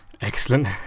Excellent